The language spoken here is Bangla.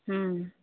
হুম